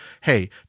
Hey